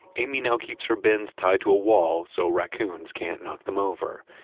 amy now keeps her bins tied to a wall so raccoons can't knock them over.